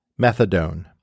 methadone